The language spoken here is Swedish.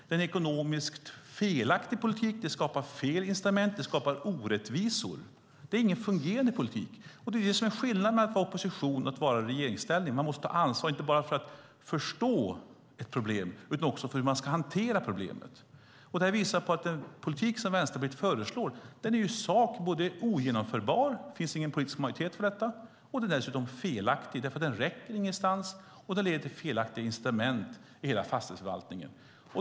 Det är en ekonomiskt felaktig politik, det skapar fel incitament, det skapar orättvisor. Det är ingen fungerande politik. Det är det som är skillnaden mellan att vara i opposition och att vara i regeringsställning. Man måste ta ansvar inte bara för att förstå ett problem utan också för hur man ska hantera problemet. Detta visar på att den politik som Vänsterpartiet föreslår är både ogenomförbar, för det finns ingen politisk majoritet för den, och felaktig, för den räcker ingenstans och den leder till felaktiga incitament i hela fastighetsförvaltningen.